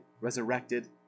resurrected